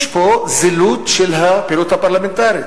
יש פה זילות של הפעילות הפרלמנטרית.